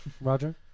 Roger